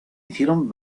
hicieron